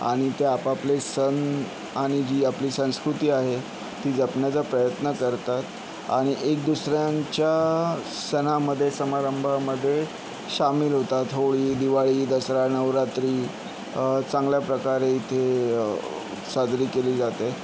आणि ते आपापले सण आणि जी आपली संस्कृती आहे ती जपण्याचा प्रयत्न करतात आणि एक दुसऱ्यांच्या सणामध्ये समारंभामध्ये सामील होतात होळी दिवाळी दसरा नवरात्री चांगल्या प्रकारे इथे साजरी केली जाते